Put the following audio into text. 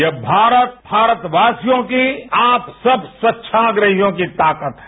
ये भारत भारतवासियों की आप सब स्वच्छाग्राहियों की ताकत है